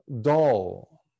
dull